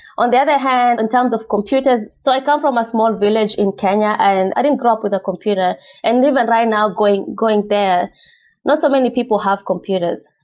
on the other hand, in terms of computers so i come from a small village in kenya and i didn't grow up with a computer, and even right now going going there, not so many people have computers.